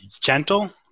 gentle